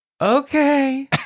Okay